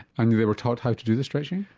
and they were taught how to do the stretching?